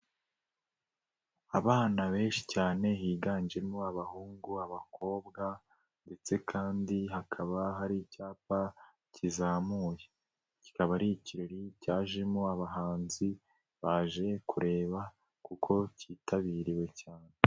Abana benshi cyane higanjemo abahungu, abakobwa ndetse kandi hakaba hari icyapa kizamuye, kikaba ari ikirori cyajemo abahanzi baje kureba kuko kitabiriwe cyane.